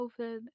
COVID